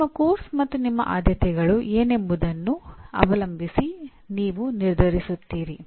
ನಿಮ್ಮ ಪಠ್ಯಕ್ರಮ ಮತ್ತು ನಿಮ್ಮ ಆದ್ಯತೆಗಳು ಏನೆಂಬುದನ್ನು ಅವಲಂಬಿಸಿ ನೀವು ನಿರ್ಧರಿಸುತ್ತೀರಿ